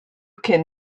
can